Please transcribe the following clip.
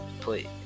please